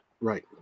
Right